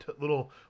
little